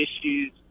issues